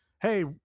Hey